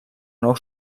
nou